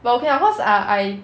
but okay lah cause ah I